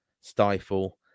stifle